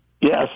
Yes